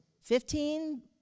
Fifteen